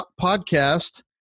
podcast